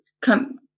come